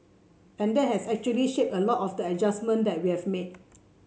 and that has actually shaped a lot of the adjustment that we have made